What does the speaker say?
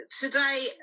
today